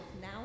now